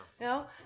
No